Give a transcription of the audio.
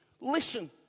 Listen